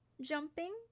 Jumping